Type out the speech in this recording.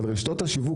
אבל רשתות השיווק,